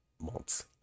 months